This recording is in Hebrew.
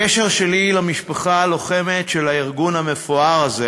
הקשר שלי למשפחה הלוחמת של הארגון המפואר הזה